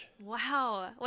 Wow